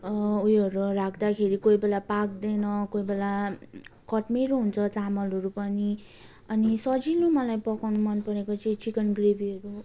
उयोहरू राख्दाखेरि कोही बेला पाक्दैन कोही बेला कट्मेरो हुन्छ चामलहरू पनि अनि सजिलो मलाई पकाउन मनपरेको चाहिँ चिकन ग्रेभीहरू